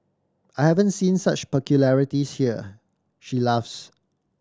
I haven't seen such peculiarities here she laughs